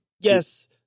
Yes